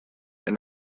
and